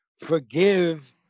forgive